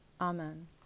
Amen